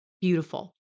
beautiful